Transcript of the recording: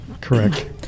Correct